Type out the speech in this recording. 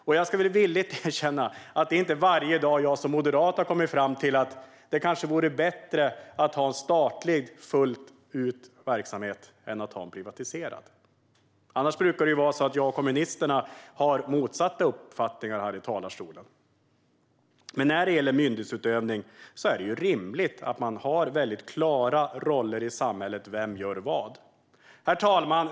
Och jag ska villigt erkänna att det inte är varje dag som jag som moderat har kommit fram till att det kanske vore bättre att ha en fullt ut statlig verksamhet än att ha en privatiserad. Annars brukar det vara så att jag och kommunisterna har motsatta uppfattningar här i talarstolen. Men när det gäller myndighetsutövning är det rimligt att ha klara roller i samhället, att veta vem som gör vad. Herr talman!